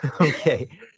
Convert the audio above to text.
Okay